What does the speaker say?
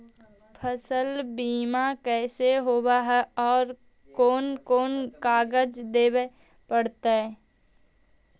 फसल बिमा कैसे होब है और कोन कोन कागज देबे पड़तै है?